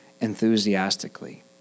enthusiastically